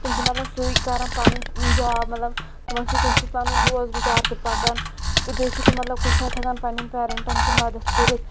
تِم چھ مَطلَب سُے کَران پَنٕنۍ جاب مَطلَب تِمَن چھ تمہِ سٟتۍ پَنُن روز گُزار تہِ پَکان تہٕ بیٚیہِ چھ تِم مَطلَب کُنہِ ساتہٕ ہؠکان پَننؠن پیرنٹَن تہِ مَدَتھ کٔرِتھ